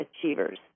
achievers